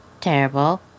terrible